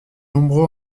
nombreux